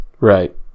Right